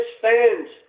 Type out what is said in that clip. fans